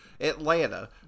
Atlanta